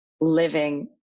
living